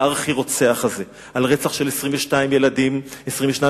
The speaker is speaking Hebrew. הארכי-רוצח הזה על רצח של 22 ילדים במעלות,